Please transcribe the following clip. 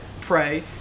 pray